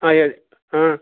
ಹಾಂ ಹೇಳಿ ಹಾಂ